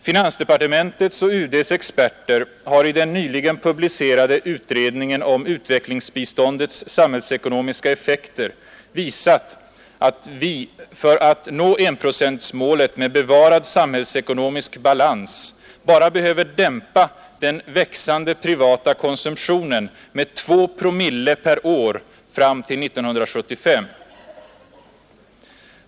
Finansdepartementets och UD:s experter har i den nyligen publicerade utredningen om ”Utvecklingsbiståndets samhällsekonomiska effekter” visat att vi, för att nå enprocentsmålet med bevarad samhällsekonomisk balans, bara behöver dämpa den växande privata konsumtionen med två promille per år fram till 1975.